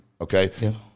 okay